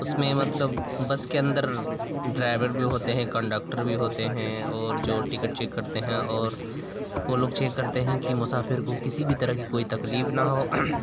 اس میں مطلب بس کے اندر ڈرائیور بھی ہوتے ہیں کنڈکٹر بھی ہوتے ہیں اور جو ٹکٹ چیک کرتے ہیں اور وہ لوگ چیک کرتے ہیں کہ مسافر کو کسی بھی طرح کی کوئی تکلیف نہ ہو